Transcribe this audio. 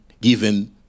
given